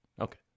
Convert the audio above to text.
Okay